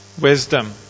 wisdom